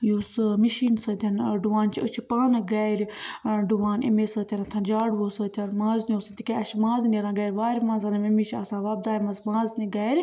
یُس ٲں مِشیٖنہٕ سۭتۍ ٲں ڈُوان چھُ أسۍ چھِ پانہٕ گھرِ ٲں ڈُوان اَمے سۭتۍ جاڈوو سۭتۍ مازنیٚو سۭتۍ تِکیٛازِ اسہِ چھِ مازنہِ نیران گھرِ وارِ منٛز مٔمی چھِ آسان وۄبدایمژ مازنہِ گھرِ